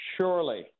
surely